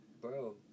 Bro